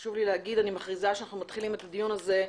חשוב לי להכריז שאנחנו מתחילים את הדיון בידיים